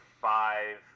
five